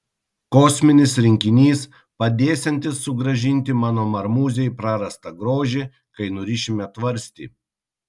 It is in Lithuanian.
kosminis rinkinys padėsiantis sugrąžinti mano marmūzei prarastą grožį kai nurišime tvarstį